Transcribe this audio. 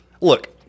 Look